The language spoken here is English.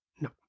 No